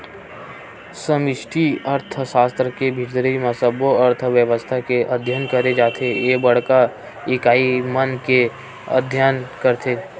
समस्टि अर्थसास्त्र के भीतरी म सब्बो अर्थबेवस्था के अध्ययन करे जाथे ते बड़का इकाई मन के अध्ययन करथे